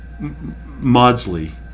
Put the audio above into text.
Maudsley